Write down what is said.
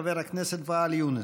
חבר הכנסת ואאל יונס.